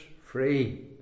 free